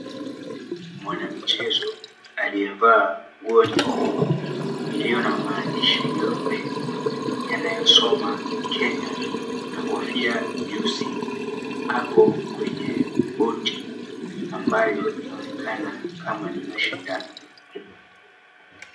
Mwanamichezo aliyevaa nguo nyekundu iliyo na maandishi meupe yanayosoma Kenya na kofia nyeusi ako kwenye boti ambayo inaonekana kama ni mashindano.